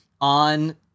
On